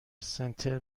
سنتر